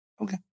Okay